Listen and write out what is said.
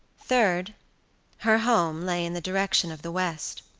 third her home lay in the direction of the west.